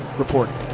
reporting.